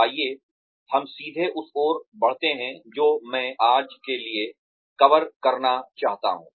आइए हम सीधे उस ओर बढ़ते हैं जो मैं आज के लिए कवर करना चाहता हूँ